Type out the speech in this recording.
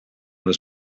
les